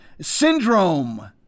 syndrome